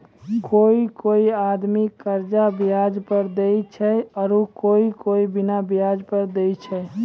कोय कोय आदमी कर्जा बियाज पर देय छै आरू कोय कोय बिना बियाज पर देय छै